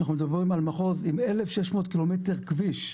אנחנו מדברים על מחוז עם אלף ושש מאות קילומטר כביש,